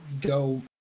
go